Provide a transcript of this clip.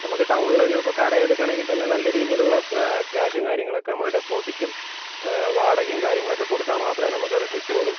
നമുക്ക് ടൗണില് ഒരു കടയെടുക്കണമെങ്കിൽ തന്നെ നല്ല രീതിയിലുള്ള ക്യാഷും കാര്യങ്ങളും ഒക്കെ നമ്മൾ ഡെപ്പോസിറ്റും വാടകയും കാര്യങ്ങളൊക്കെ കൊടുത്താൽ മാത്രമേ നമുക്കത് കിട്ടുകയുള്ളൂ